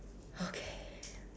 okay